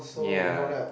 yeah